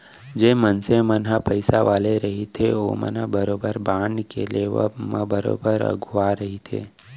जेन मनसे मन ह पइसा वाले रहिथे ओमन ह बरोबर बांड के लेवब म बरोबर अघुवा रहिथे